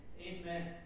Amen